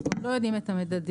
אנחנו עוד לא יודעים את המדדים,